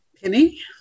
Penny